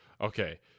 Okay